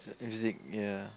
s~ music ya